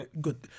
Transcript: good